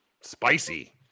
Spicy